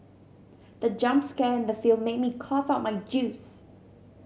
the jump scare in the film made me cough out my juice